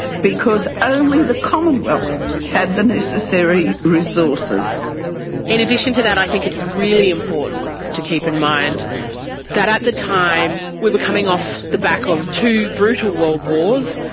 because only the commonwealth had the necessary resources. and in addition to that i think its really important to keep in mind that at the time we were coming off the back of two brutal world wars.